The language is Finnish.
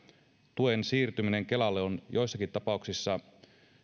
tuen siirtyminen kelalle on joissakin tapauksissa